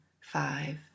five